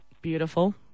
Beautiful